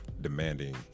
demanding